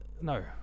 No